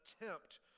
attempt